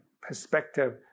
perspective